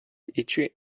itchy